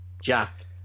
Jack